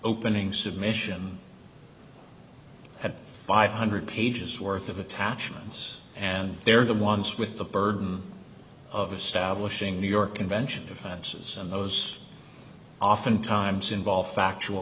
opening submission had five hundred pages worth of attachments and they're the ones with the burden of establishing new york convention defenses and those oftentimes involve factual